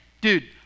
dude